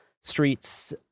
streets